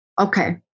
okay